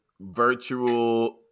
virtual